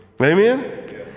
amen